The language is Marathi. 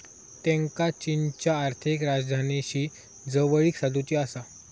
त्येंका चीनच्या आर्थिक राजधानीशी जवळीक साधुची आसा